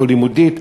או לימודית,